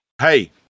hey